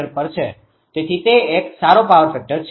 તેથી તે એક સારો પાવર ફેક્ટર છે